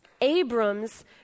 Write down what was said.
Abram's